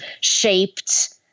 shaped